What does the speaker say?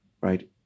right